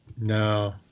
No